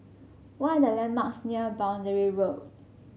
what are the landmarks near Boundary Road